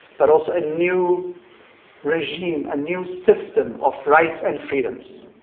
but also a new regime, a new system of rights and freedoms,